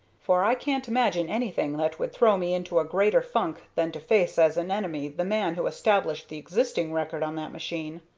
for i can't imagine anything that would throw me into a greater funk than to face as an enemy the man who established the existing record on that machine.